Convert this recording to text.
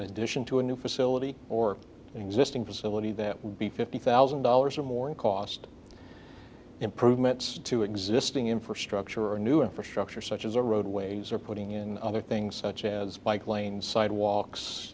addition to a new facility or existing facility that would be fifty thousand dollars or more in cost improvements to existing infrastructure or new infrastructure such as the roadways are putting in other things such as bike lanes sidewalks